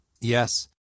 Yes